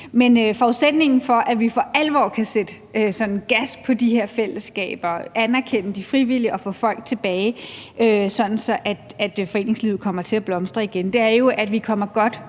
Men forudsætningen for, at vi for alvor kan sætte sådan gas på de her fællesskaber, anerkende de frivillige og få folk tilbage, sådan at foreningslivet kommer til at blomstre igen, er jo, at vi kommer godt